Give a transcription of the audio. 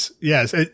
Yes